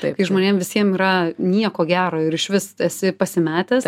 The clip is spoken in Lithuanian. kai žmonėm visiem yra nieko gero ir išvis esi pasimetęs